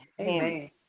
Amen